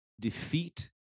Defeat